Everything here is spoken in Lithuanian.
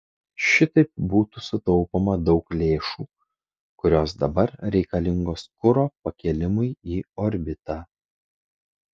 šitaip būtų sutaupoma daug lėšų kurios dabar reikalingos kuro pakėlimui į orbitą